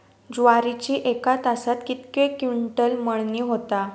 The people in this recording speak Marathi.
ज्वारीची एका तासात कितके क्विंटल मळणी होता?